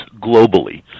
globally